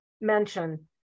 mention